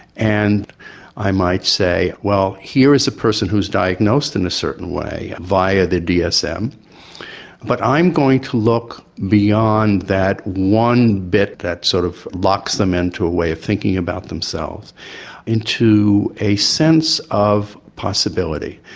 and i might say, well here is a person who is diagnosed in a certain way via the dsm but i'm going to look beyond that one bit that sort of locks them in to a way of thinking about themselves into a sense of possibility.